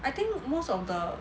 I think most of the